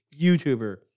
YouTuber